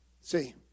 see